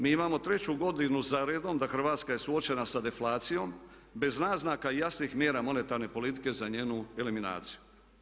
Mi imamo treću godinu za redom da Hrvatska je suočena sa deflacijom bez naznaka i jasnih mjera monetarne politike za njenu eliminaciju.